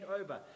over